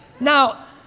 Now